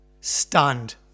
stunned